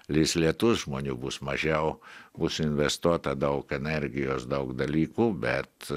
lis lietus žmonių bus mažiau bus investuota daug energijos daug dalykų bet